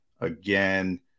again